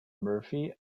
murphy